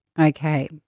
Okay